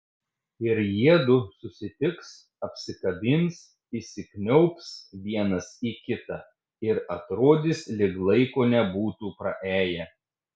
ir jiedu susitiks apsikabins įsikniaubs vienas į kitą ir atrodys lyg laiko nebūtų praėję